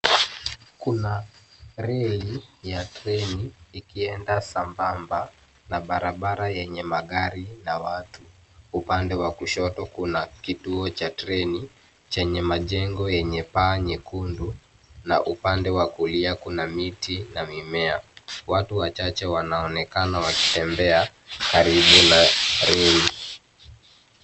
Kuna reli ya treni ikienda sambamba na barabara yenye magari na watu. Upande wa kushoto kuna kutuo cha treni chenye majengo yenye paa nyekundu na upande wa kulia kuna miti na mimea. Watu wachache wanaonekana wakitembea karibu na reli.